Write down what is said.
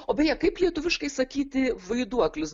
o beje kaip lietuviškai sakyti vaiduoklis